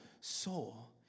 soul